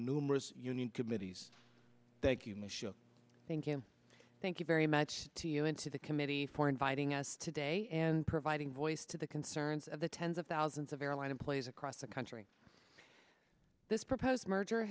numerous union committees thank you michelle thank you thank you very much to you and to the committee for inviting us today and providing voice to the concerns of the tens of thousands of airline employees across the country this proposed merger